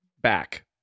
back